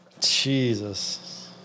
Jesus